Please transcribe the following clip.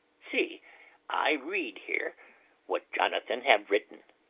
see i read here what jonathan have written